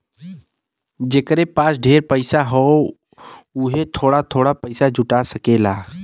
जेकरे पास ढेर पइसा ना हौ वोहू थोड़ा थोड़ा पइसा जुटा सकेला